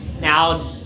now